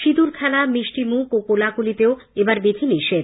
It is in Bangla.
সিঁদুর খেলা মিষ্টিমুখ ও কোলাকুলিতেও এবার বিধি নিষেধ